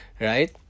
right